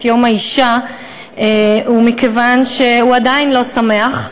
יום האישה היא מכיוון שהוא עדיין לא שמח.